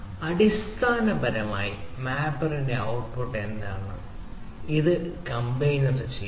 അടിസ്ഥാനപരമായി മാപ്പറിന്റെ ഔട്ട്പുട്ട് എന്താണ് ഇത് കംബൈനർ ചെയ്യുന്നു